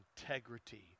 integrity